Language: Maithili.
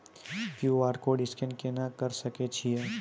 क्यू.आर कोड स्कैन केना करै सकय छियै?